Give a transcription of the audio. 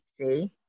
see